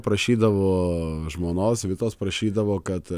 prašydavo žmonos vitas prašydavo kad